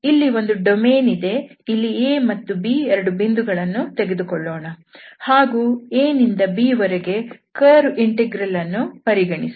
ಇಲ್ಲಿ ಒಂದು ಡೊಮೇನ್ ಇದೆ ಇಲ್ಲಿ A ಮತ್ತು B 2 ಬಿಂದುಗಳನ್ನು ತೆಗೆದುಕೊಳ್ಳೋಣ ಹಾಗೂ A ನಿಂದ B ವರೆಗೆ ಕರ್ವ್ ಇಂಟೆಗ್ರಲ್ curve integral ಅಥವಾ ಲೈನ್ ಇಂಟೆಗ್ರಲ್ ಅನ್ನು ಪರಿಗಣಿಸಿ